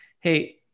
Hey